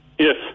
Yes